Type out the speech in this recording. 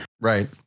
Right